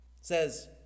says